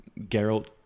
Geralt